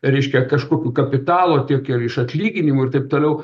reiškia kažkokio kapitalo tiek ir iš atlyginimų ir taip toliau